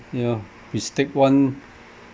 you know we stick one